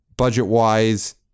budget-wise